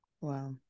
Wow